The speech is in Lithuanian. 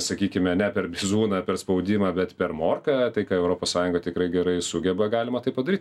sakykime ne per bizūną per spaudimą bet per morką tai ką europos sąjunga tikrai gerai sugeba galima tai padaryt